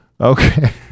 Okay